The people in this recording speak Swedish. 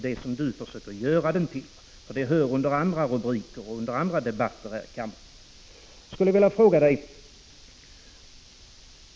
Det hon försöker göra den till hör hemma under andra rubriker och till andra debatter här i kammaren.